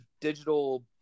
digital